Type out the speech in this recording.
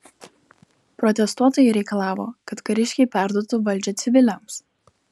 protestuotojai reikalavo kad kariškiai perduotų valdžią civiliams